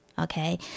Okay